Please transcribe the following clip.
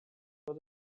tot